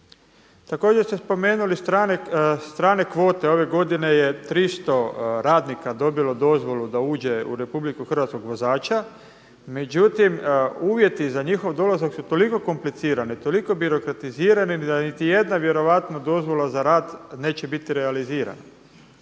Također ste spomenuli strane kvote, ove godine je 300 radnika dobilo dozvolu da uđe u RH vozača, međutim uvjeti za njihov dolazak su toliko komplicirane, toliko birokratizirane da niti jedna vjerojatno dozvola za rad neće biti realizirana.